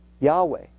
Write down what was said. Yahweh